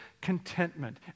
contentment